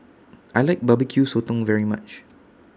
I like B B Q Sotong very much